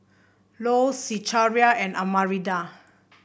Ilo Zechariah and Arminda